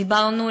דיברנו,